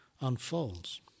unfolds